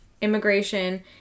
immigration